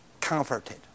comforted